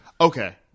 Okay